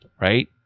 right